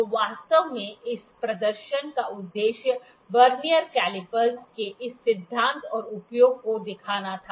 तो वास्तव में इस प्रदर्शन का उद्देश्य वर्नियर कैलीपर के इस सिद्धांत और उपयोग को दिखाना था